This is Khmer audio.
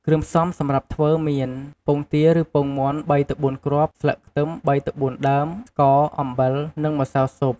គ្រឿងផ្សំសម្រាប់ធ្វើ មាន ពងទាឬពងមាន់ ៣ទៅ៤គ្រាប់ ស្លឹកខ្ទឹម ៣ទៅ៤ដើម ស្ករ អំបិល និងម្សៅស៊ុប ។